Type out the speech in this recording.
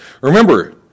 Remember